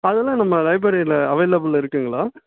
அதெல்லாம் நம்ம லைப்ரரியில அவைலபுள் இருக்குதுங்களா